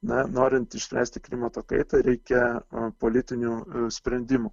na norint išspręsti klimato kaitą reikia politinių sprendimų